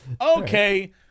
Okay